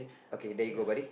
okay there you go buddy